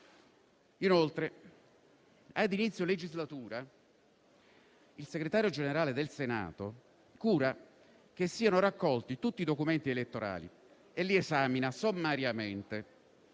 Inoltre, ad inizio legislatura il Segretario generale del Senato cura che siano raccolti tutti i documenti elettorali e li esamina sommariamente,